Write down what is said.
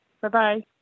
Bye-bye